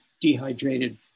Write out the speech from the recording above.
dehydrated